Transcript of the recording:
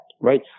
Right